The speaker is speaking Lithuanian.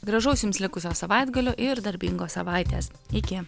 gražaus jums likusio savaitgalio ir darbingos savaitės iki